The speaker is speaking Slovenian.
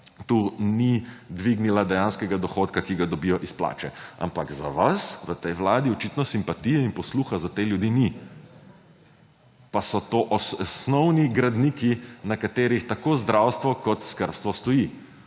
tu ni dvignila dejanskega dohodka, ki ga dobijo iz plače, ampak za vas v tej Vladi očitno simpatije in posluha za te ljudi ni, pa so to osnovni gradniki na katerih tako zdravstvo kot skrbstvo stoji,